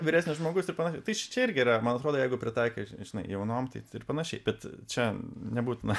vyresnis žmogus ir panašiai tai šičia irgi yra man atrodo jeigu pritaikius žinai jaunom tai ir panašiai bet čia nebūtina